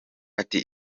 ati